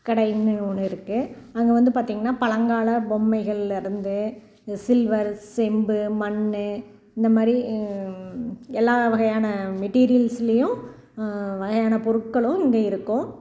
கடையின்னு ஒன்று இருக்குது அங்கே வந்து பார்த்தீங்கன்னா பழங்கால பொம்மைகளிலேருந்து சில்வர் செம்பு மண் இந்த மாதிரி எல்லா வகையான மெட்டீரியல்ஸ்லேயும் வகையான பொருட்களும் இங்கே இருக்கும்